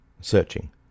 searching